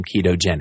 ketogenic